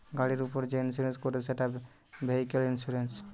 গাড়ির উপর যে ইন্সুরেন্স করে সেটা ভেহিক্যাল ইন্সুরেন্স